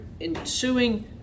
ensuing